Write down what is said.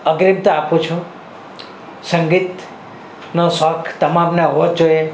અગ્રિમતા આપું છું સંગીતનો શોખ તમામને હોવો જ જોઈએ